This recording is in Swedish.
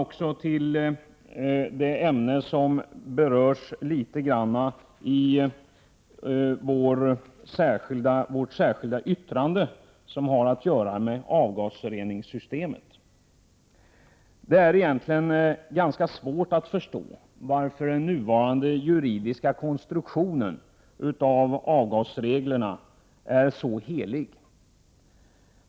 Så över till det ämne som något berörs i vårt särskilda yttrande om avgasreningssystemet. Egentligen är det ganska svårt att förstå varför den nuvarande juridiska konstruktionen av avgasreglerna är så helig.